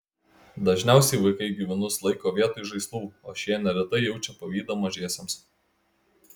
dažniausiai vaikai gyvūnus laiko vietoj žaislų o šie neretai jaučia pavydą mažiesiems